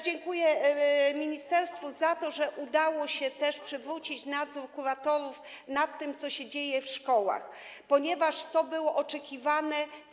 Dziękuję również ministerstwu za to, że udało się też przywrócić nadzór kuratorów nad tym, co się dzieje w szkołach, ponieważ to było oczekiwane.